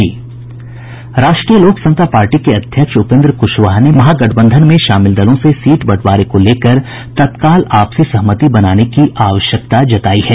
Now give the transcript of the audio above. राष्ट्रीय लोक समता पार्टी अध्यक्ष उपेन्द्र कुशवाहा ने महागठबंधन में शामिल दलों से सीट बंटवारे को लेकर तत्काल आपसी सहमति बनाने की आवश्यकता जतायी है